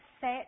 set